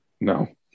No